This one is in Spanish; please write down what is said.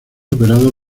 operado